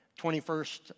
21st